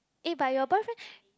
eh but your boyfriend